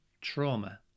trauma